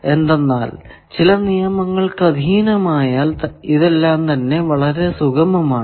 എന്തെന്നാൽ ചില നിയമങ്ങൾക്കധീനമായാൽ ഇതെല്ലം തന്നെ വളരെ സുഗമമാണ്